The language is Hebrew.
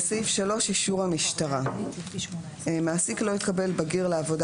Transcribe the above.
אישור המשטרה מעסיק לא יקבל בגיר לעבודה